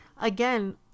Again